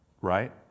Right